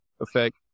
effect